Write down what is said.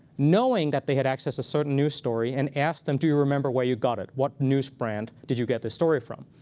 knowing that they had accessed a certain news story, and asked them, do you remember where you got it? what news brand did you get this story from?